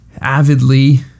avidly